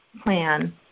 plan